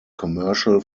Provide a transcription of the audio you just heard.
commercial